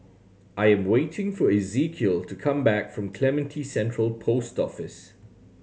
I'm waiting for Ezequiel to come back from Clementi Central Post Office